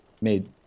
made